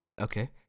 Okay